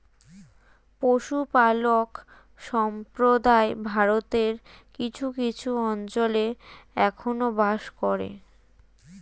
পশুপালক সম্প্রদায় ভারতের কিছু কিছু অঞ্চলে এখনো বাস করে